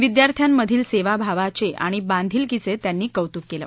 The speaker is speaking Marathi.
विद्यार्थ्यामधील सेवाभावाचे आणि बांधिलकीचे त्यांनी कौतुक केले